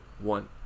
One